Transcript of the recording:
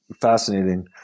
fascinating